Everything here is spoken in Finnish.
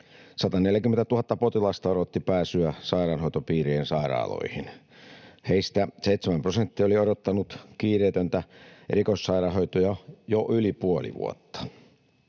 140 000 potilasta odotti pääsyä sairaanhoitopiirien sairaaloihin. Heistä 7 prosenttia oli odottanut kiireetöntä erikoissairaanhoitoa jo yli puoli vuotta.